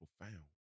profound